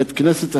בית-כנסת אחד,